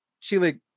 Chile